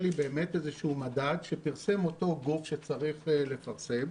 לי איזה שהוא מדד שפרסם אותו גוף שצריך לפרסם.